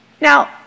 Now